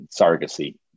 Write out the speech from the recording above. surrogacy